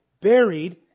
buried